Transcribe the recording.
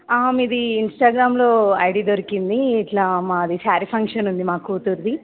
మీది ఇంస్టాగ్రామ్లో ఐడీ దొరికింది ఇట్లా మాది శారీ ఫంక్షన్ ఉంది మా కూతురుది